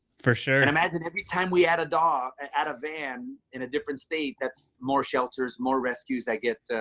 for sure! and i imagine every time we had a dog at a van in a different state, that's more shelters, more rescues that get